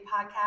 podcast